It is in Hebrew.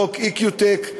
חוק "איקיוטק",